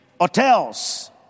hotels